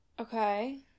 Okay